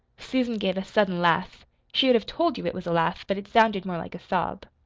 susan gave a sudden laugh she would have told you it was a laugh but it sounded more like a sob.